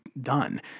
done